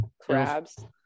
crabs